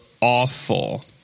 awful